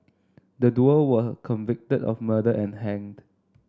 the duo were convicted of murder and hanged